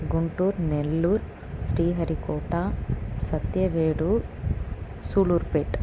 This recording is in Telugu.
గుంటూరు నెల్లూరు శ్రీహరికోట సత్యవేడు సులూరు పేట